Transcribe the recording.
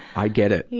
i get it. yeah